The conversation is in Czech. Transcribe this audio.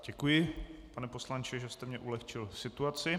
Děkuji, pane poslanče, že jste mi ulehčil situaci.